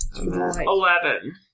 Eleven